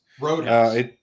Roadhouse